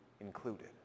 included